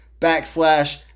backslash